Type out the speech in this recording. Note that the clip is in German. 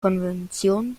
konvention